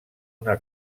una